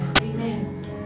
Amen